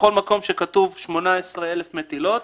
שבכל מקום שכתוב: 18,000 מטילות,